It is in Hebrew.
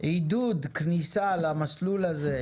עידוד כניסה למסלול הזה,